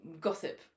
gossip